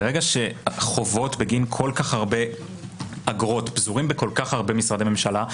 ברגע שחובות בגין כל כך הרבה אגרות פזורים בכל כך הרבה משרדי ממשלה,